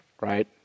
right